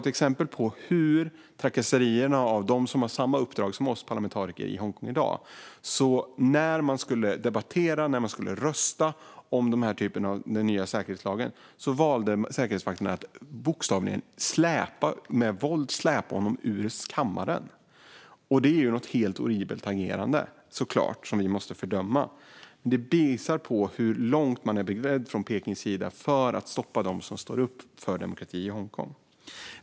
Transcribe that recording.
Ett exempel på trakasserierna mot parlamentariker i Hongkong i dag - de har alltså samma uppdrag som vi - är att säkerhetsvakterna, när den nya säkerhetslagen skulle debatteras eller röstas om, med våld bokstavligen släpade Ted Hui ut ur kammaren. Det är ett horribelt agerande som vi såklart måste fördöma. Det visar hur långt man är beredd att gå från Pekings sida för att stoppa dem som står upp för demokrati i Hongkong.